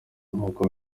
nk’uko